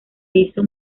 hizo